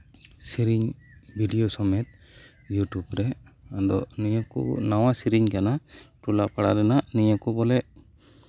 ᱥᱮᱨᱮᱧ ᱵᱷᱤᱰᱭᱳ ᱥᱚᱢᱮᱛ ᱭᱩᱴᱩᱵ ᱨᱮ ᱟᱫᱚ ᱱᱤᱭᱟᱹ ᱠᱚ ᱱᱟᱣᱟ ᱥᱮᱨᱮᱧ ᱠᱟᱱᱟ ᱴᱚᱞᱟ ᱯᱟᱲᱟ ᱨᱮᱱᱟᱜ ᱱᱤᱭᱟᱹ ᱠᱚ ᱵᱚᱞᱮ